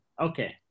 Okay